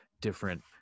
different